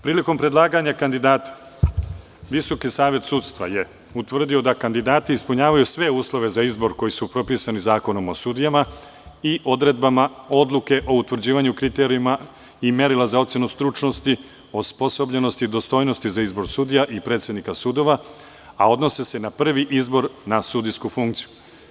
Prilikom predlaganja kandidata VSS je utvrdio da kandidati ispunjavaju sve uslove za izbor koji su propisani Zakonom o sudijama i odredbama odluke o utvrđivanju kriterijuma i merila za ocenu stručnosti, osposobljenosti, dostojnosti za izbor sudija i predsednika sudova, a odnose se na prvi izbor na sudijsku funkciju.